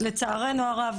לצערנו הרב,